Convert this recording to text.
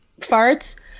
farts